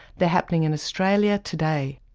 they're happening in australia today.